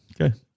Okay